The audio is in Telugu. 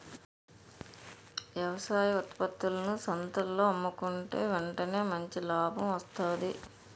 వ్యవసాయ ఉత్త్పత్తులను సంతల్లో అమ్ముకుంటే ఎంటనే మంచి లాభం వస్తాది